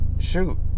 shoot